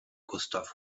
gustav